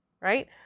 Right